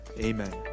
Amen